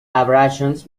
abrasions